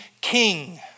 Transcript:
king